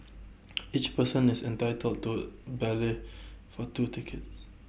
each person is entitled to ballot for two tickets